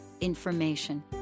information